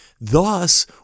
thus